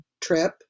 trip